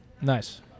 Nice